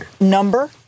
number